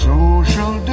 Social